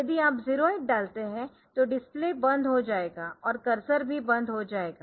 यदि आप 08 डालते है तो डिस्प्ले बंद हो जाएगा और कर्सर भी बंद हो जाएगा